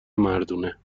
مردونه